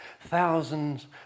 Thousands